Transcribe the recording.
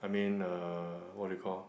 I mean uh what do you call